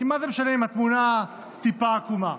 כי מה זה משנה אם התמונה טיפה עקומה?